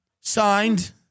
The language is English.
Signed